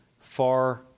far